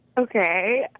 Okay